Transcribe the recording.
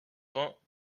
vingts